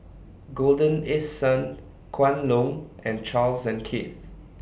Golden East Sun Kwan Loong and Charles and Keith